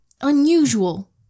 unusual